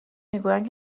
میگویند